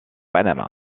panamá